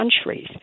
countries